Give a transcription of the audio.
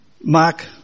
Mark